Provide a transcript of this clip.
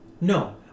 No